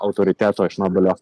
autoriteto iš nobelio